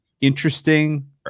Interesting